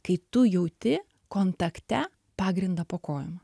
kai tu jauti kontakte pagrindą po kojom